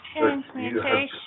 Transmutation